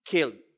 Killed